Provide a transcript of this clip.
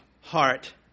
heart